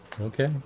okay